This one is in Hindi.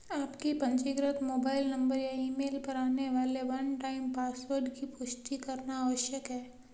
आपके पंजीकृत मोबाइल नंबर या ईमेल पर आने वाले वन टाइम पासवर्ड की पुष्टि करना आवश्यक है